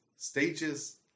Stages